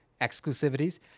Exclusivities